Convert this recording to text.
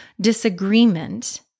disagreement